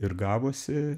ir gavosi